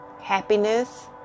happiness